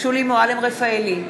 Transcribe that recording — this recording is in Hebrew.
שולי מועלם-רפאלי,